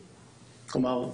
כלומר,